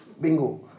Bingo